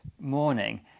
morning